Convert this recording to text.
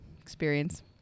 experience